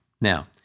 Now